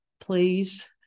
Please